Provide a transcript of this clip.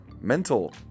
mental